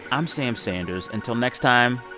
i'm sam sanders. until next time.